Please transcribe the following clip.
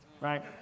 right